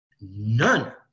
None